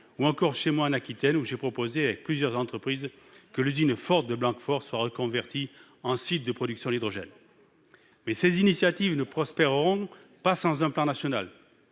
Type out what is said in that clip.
ou encore en Aquitaine, où j'ai proposé, avec plusieurs entreprises, que l'usine Ford de Blanquefort soit reconvertie en site de production d'hydrogène. Mais ces initiatives ne prospéreront pas sans un plan national.